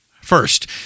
First